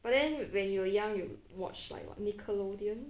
but then when you were young you watch like what nickelodeon